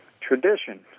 tradition